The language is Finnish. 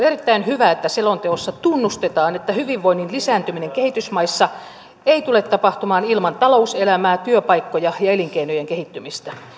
erittäin hyvä että selonteossa tunnustetaan että hyvinvoinnin lisääntyminen kehitysmaissa ei tule tapahtumaan ilman talouselämää työpaikkoja ja elinkeinojen kehittymistä